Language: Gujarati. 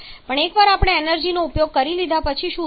પણ એકવાર આપણે એનર્જીનો ઉપયોગ કરી લીધા પછી શું થાય